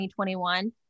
2021